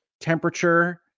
temperature